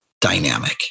dynamic